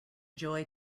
joy